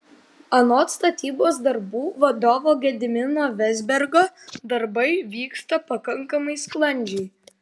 anot statybos darbų vadovo gedimino vezbergo darbai vyksta pakankamai sklandžiai